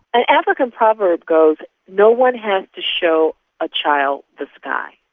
an african proverb goes no one has to show a child the sky.